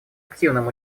активным